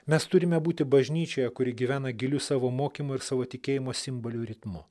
mes turime būti bažnyčioje kuri gyvena giliu savo mokymu ir savo tikėjimo simbolių ritmu